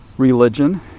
religion